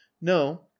No